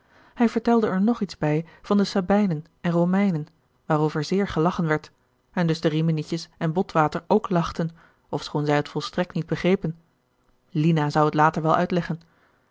hij vertelde er nog iets bij van de sabijnen en romeinen waarover zeer gelachen werd en dus de riminietjes en botwater ook lachten ofschoon zij het volstrekt niet begrepen lina zou het later wel uitleggen